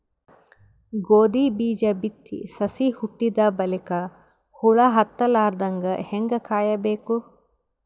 ಗೋಧಿ ಬೀಜ ಬಿತ್ತಿ ಸಸಿ ಹುಟ್ಟಿದ ಬಲಿಕ ಹುಳ ಹತ್ತಲಾರದಂಗ ಹೇಂಗ ಕಾಯಬೇಕು?